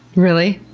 really?